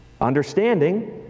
Understanding